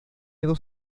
dos